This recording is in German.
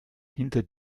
hinter